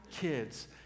kids